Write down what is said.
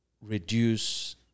Reduce